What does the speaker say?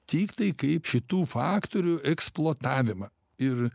tiktai kaip šitų faktorių eksploatavimą ir